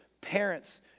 parents